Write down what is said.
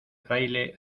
fraile